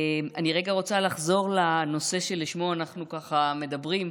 אני רגע רוצה לחזור לנושא שעליו אנחנו מדברים,